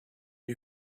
you